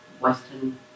Western